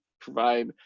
provide